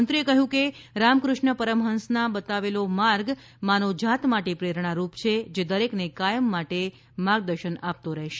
મંત્રીએ કહ્યું કે રામક્રષ્ણ પરમહંસનો બતાવેલો માર્ગ માનવજાત માટે પ્રેરણારૂપ છે જે દરેકને કાયમ માટે માર્ગદર્શન આપતો રહેશે